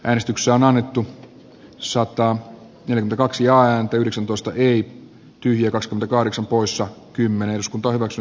äänestyksiä on annettu sottaa pienen kaksion yhdeksäntoista ei kierros kahdeksan poissa kymmenes päiväksi